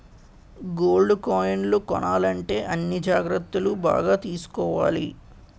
gold కాయిన్లు కొనాలంటే అన్ని జాగ్రత్తలు బాగా తీసుకోవాలి